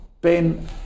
Ben